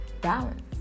balance